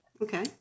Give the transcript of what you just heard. Okay